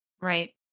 Right